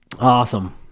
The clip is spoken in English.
Awesome